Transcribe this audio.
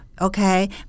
okay